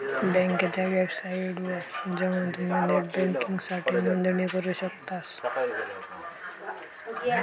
बँकेच्या वेबसाइटवर जवान तुम्ही नेट बँकिंगसाठी नोंदणी करू शकतास